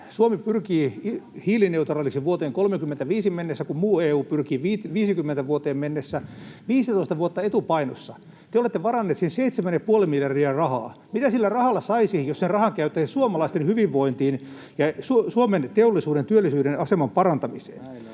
Suomi pyrkii hiilineutraaliksi vuoteen 35 mennessä, kun muu EU pyrkii vuoteen 50 mennessä — 15 vuotta etupainossa. Te olette varanneet siihen 7,5 miljardia rahaa. Mitä sillä rahalla saisi, jos sen rahan käyttäisi suomalaisten hyvinvointiin ja Suomen teollisuuden ja työllisyyden aseman parantamiseen?